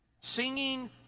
Singing